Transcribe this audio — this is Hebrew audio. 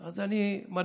אז אני מרגיש